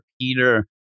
Peter